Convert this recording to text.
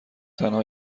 تنها